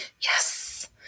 yes